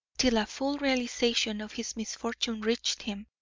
till a full realisation of his misfortune reached him,